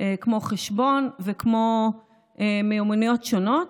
כמו בחשבון ומיומנויות שונות.